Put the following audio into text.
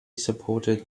supported